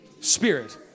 Spirit